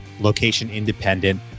location-independent